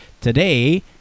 today